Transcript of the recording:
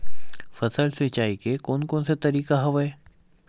फसल सिंचाई के कोन कोन से तरीका हवय?